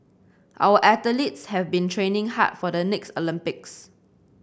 our athletes have been training hard for the next Olympics